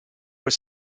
was